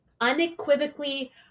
unequivocally